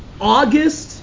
August